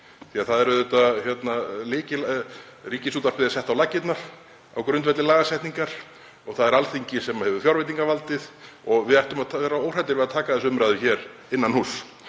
hérna hjá okkur, því að Ríkisútvarpið var sett á laggirnar á grundvelli lagasetningar og það er Alþingi sem hefur fjárveitingavaldið og við ættum að vera óhrædd við að taka þessa umræðu hér innan húss.